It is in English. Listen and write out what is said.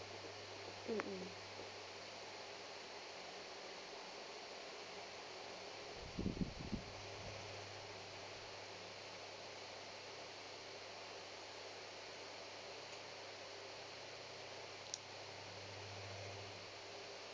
mm mm